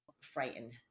frightened